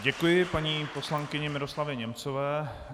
Děkuji paní poslankyni Miroslavě Němcové.